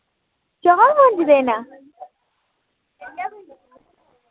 चार पंज दिन